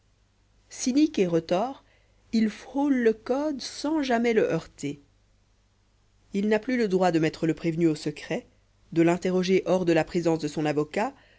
et retors il frôle le code sans jamais le heurter il n'a plus le droit de mettre le prévenu au secret de l'interroger hors de la présence de son avocat